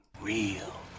Real